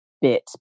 bit